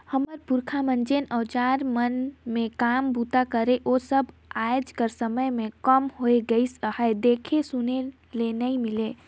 हमर पुरखा मन जेन अउजार मन मे काम बूता करे ओ सब आएज कर समे मे कम होए लगिस अहे, देखे सुने ले नी मिले